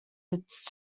its